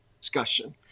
discussion